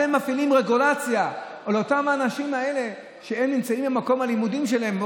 אתם מפעילים רגולציה על אותם האנשים שנמצאים במקום הלימודים שלהם.